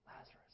Lazarus